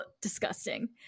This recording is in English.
Disgusting